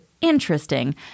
interesting